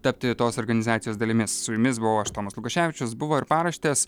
tapti tos organizacijos dalimi su jumis buvau aš tomas lukoševičius buvo ir paraštės